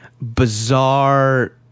bizarre